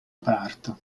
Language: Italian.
parto